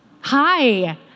Hi